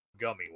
gummy